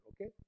okay